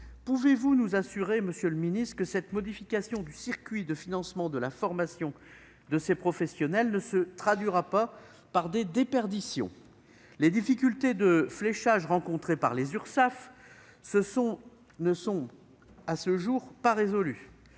pouvez-vous nous assurer que cette modification du circuit de financement de la formation de ces professionnels ne se traduira pas par des déperditions ? Les difficultés de fléchage rencontrées par les Urssaf ne sont pas résolues